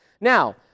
Now